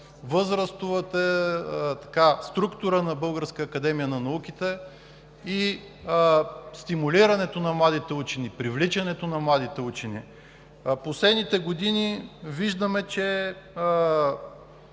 възрастовата структура на Българската академия на науките и за стимулирането на младите учени, привличането на младите учени. В последните години виждаме, че